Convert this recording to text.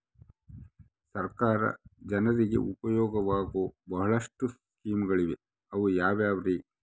ಸರ್ಕಾರ ಜನರಿಗೆ ಉಪಯೋಗವಾಗೋ ಬಹಳಷ್ಟು ಸ್ಕೇಮುಗಳಿವೆ ಅವು ಯಾವ್ಯಾವ್ರಿ?